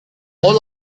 all